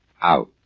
Out